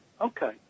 Okay